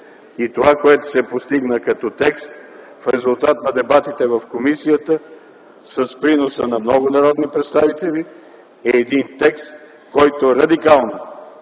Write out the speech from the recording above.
Това, което се постигна като текст, в резултат на дебатите в комисията, с приноса на много народни представители, е един текст, който радикално